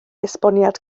esboniad